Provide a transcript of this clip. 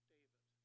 David